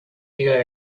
ago